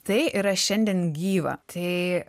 tai yra šiandien gyva tai